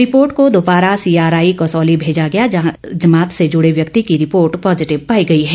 report को दोबारा CRI Kasauli भेजा गया जिसमें जमात से जुड़े व्यक्ति की रिपोर्ट पॉजिटिव पाई गई है